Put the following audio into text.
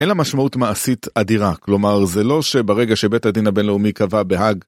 אין לה משמעות מעשית אדירה, כלומר, זה לא שברגע שבית הדין הבינלאומי קבע בהאג